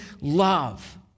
love